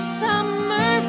summer